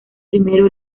primero